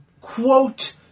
quote